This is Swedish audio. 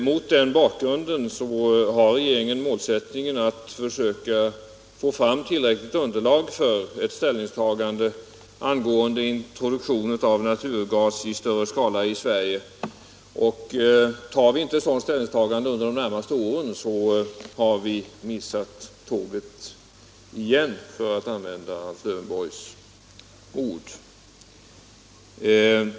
Mot denna bakgrund har regeringen målsättningen att försöka få fram tillräckligt underlag för ett ställningstagande angående introduktion av naturgas i större skala i Sverige. Gör vi inte ett sådant ställningstagande under de närmaste åren, så har vi missat tåget igen, för att använda Alf Lövenborgs ord.